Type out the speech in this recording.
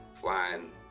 flying